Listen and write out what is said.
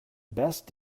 best